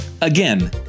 again